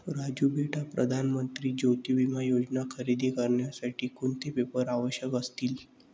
राजू बेटा प्रधान मंत्री ज्योती विमा योजना खरेदी करण्यासाठी कोणते पेपर आवश्यक असतील?